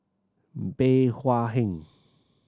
Bey Hua Heng